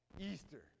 Easter